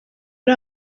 ari